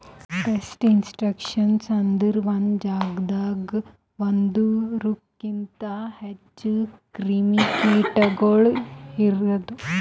pest infestations ಅಂದುರ್ ಒಂದೆ ಜಾಗದಾಗ್ ಒಂದೂರುಕಿಂತ್ ಹೆಚ್ಚ ಕ್ರಿಮಿ ಕೀಟಗೊಳ್ ಇರದು